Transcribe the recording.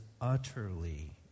utterly